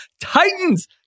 Titans